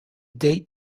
date